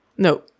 No